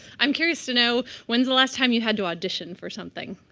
i'm curious to know when's the last time you had to audition for something.